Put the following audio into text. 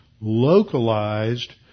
localized